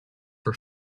for